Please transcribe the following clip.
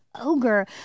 ogre